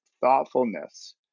thoughtfulness